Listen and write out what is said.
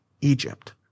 Egypt